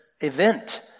event